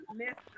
miss